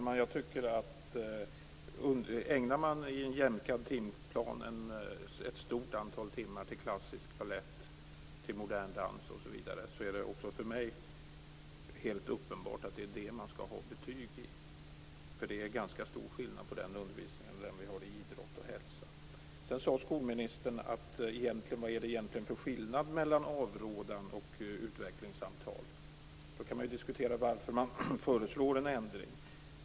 Fru talman! Ägnar man i en jämkad timplan ett stort antal timmar åt klassisk balett, modern dans osv. är det också för mig helt uppenbart att det är det man skall ha betyg i. Det är ganska stor skillnad mellan den undervisningen och den vi har i idrott och hälsa. Sedan undrade skolministern vad det egentligen är för skillnad mellan avrådan och utvecklingssamtal. Då kan man diskutera varför man föreslår en ändring.